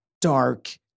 dark